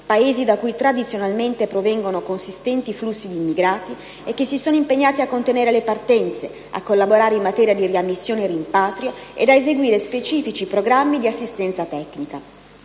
Paesi da cui tradizionalmente provengono consistenti flussi di immigrati e che si sono impegnati a contenere le partenze, a collaborare in materia di riammissione e rimpatrio e ad eseguire specifici programmi di assistenza tecnica.